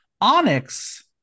Onyx